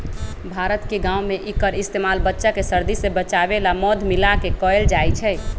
भारत के गाँव में एक्कर इस्तेमाल बच्चा के सर्दी से बचावे ला मध मिलाके कएल जाई छई